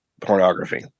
pornography